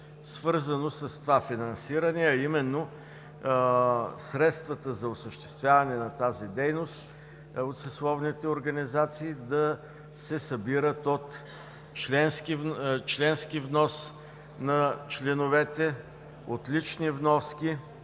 свързано с това финансиране, а именно средствата за осъществяване на тази дейност от съсловните организации да се събират от членски внос на членовете, от лични вноски